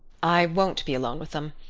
i won't be alone with them.